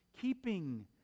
keeping